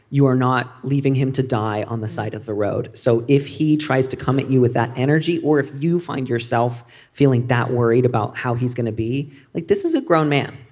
you are not leaving him to die on the side of the road. so if he tries to come at you with that energy or if you find yourself that worried about how he's going to be like this is a grown man.